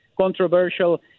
controversial